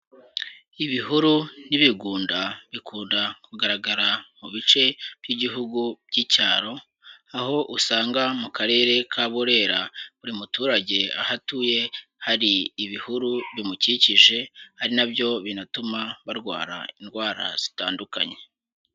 Ibihuru n'ibigunda bikunda kugaragara mu bice by'ibihugu by'icyaro, aho usanga mu karere ka Burera buri muturage aho atuye hari ibihuru bimukikije, ari nabyo binatuma barwara indwara zitandukanye.